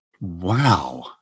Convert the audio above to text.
wow